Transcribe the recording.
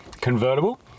convertible